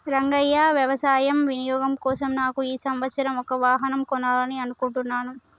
రంగయ్య వ్యవసాయ వినియోగం కోసం నాకు ఈ సంవత్సరం ఒక వాహనం కొనాలని అనుకుంటున్నాను